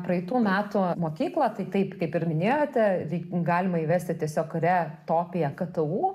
praeitų metų mokyklą tai taip kaip ir minėjote re galima įvesti tiesiog kuria rektopija ktu